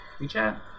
WeChat